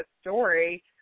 story